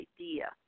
idea